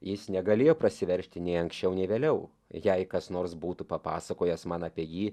jis negalėjo prasiveržti nei anksčiau nei vėliau jei kas nors būtų papasakojęs man apie jį